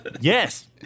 yes